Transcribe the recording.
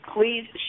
please